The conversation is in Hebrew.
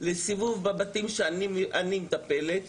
לסיבוב בבתים שבהם אני מטפלת.